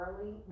early